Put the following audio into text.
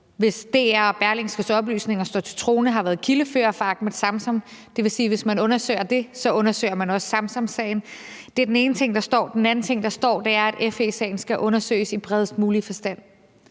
Hvis DR's og Berlingskes oplysninger står til troende, har vedkommende været kildefører for Ahmed Samsam. Det vil sige, at hvis man undersøger det, undersøger man også Samsamsagen. Det er den ene ting, der står. Den anden ting, der står, er, at FE-sagen skal undersøges i bredest mulig forstand.